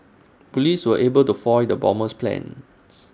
Police were able to foil the bomber's plans